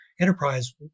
enterprise